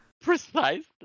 Precisely